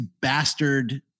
bastard